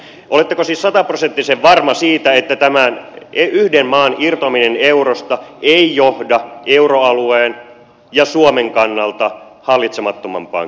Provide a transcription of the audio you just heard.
oletteko siis sataprosenttisen varma siitä että tämän yhden maan irtoaminen eurosta ei johda euroalueen ja suomen kannalta hallitsemattomampaan kehitykseen